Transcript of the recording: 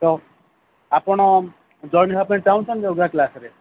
ତ ଆପଣ ଜଏନ୍ ହେବା ପାଇଁ ଚାହୁଁଛନ୍ତି ୟୋଗା କ୍ଲାସ୍ରେ